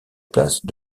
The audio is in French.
place